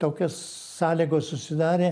tokios sąlygos susidarė